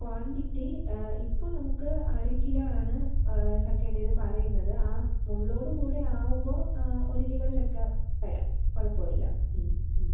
quantity ഇപ്പോൾ നമുക്ക് അരക്കിലോ ആണ് ചക്കേടേത് പറയുന്നത് ആ മുള്ളോട് കൂടെ ആവുമ്പോൾ ഒരു കിലോ ചക്ക തരാം കുഴപ്പമില്ല